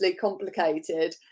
complicated